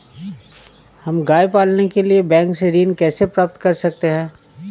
हम गाय पालने के लिए बैंक से ऋण कैसे प्राप्त कर सकते हैं?